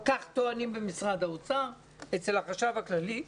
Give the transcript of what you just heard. כך טוענים במשרד האוצר אצל החשב הכללי.